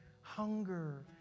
hunger